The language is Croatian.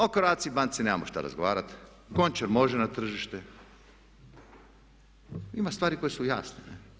O Croatia banci nemamo što razgovarati, Končar može na tržište, ima stvari koje su jasne, ne?